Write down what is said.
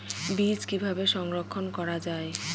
বীজ কিভাবে সংরক্ষণ করা যায়?